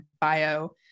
bio